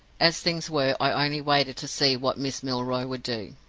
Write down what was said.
as things were, i only waited to see what miss milroy would do.